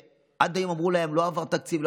שעד היום אמרו להם: לא עבר תקציב,